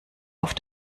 auf